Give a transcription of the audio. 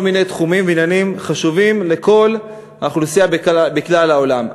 מיני תחומים ועניינים חשובים לכל אוכלוסייה בכלל העולם.